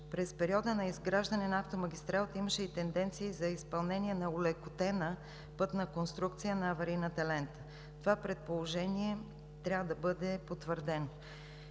През периода на изграждане на автомагистралата имаше и тенденции за изпълнение на олекотена пътна конструкция на аварийната лента. Това предположение трябва да бъде потвърдено.